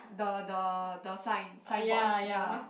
the the the sign sign board ya